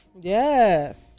Yes